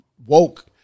Woke